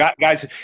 guys